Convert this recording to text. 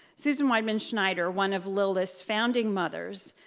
susan weidman schneider, one of lilith's founding mothers,